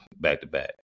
back-to-back